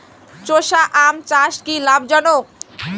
চোষা আম চাষ কি লাভজনক?